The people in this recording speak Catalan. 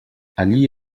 allí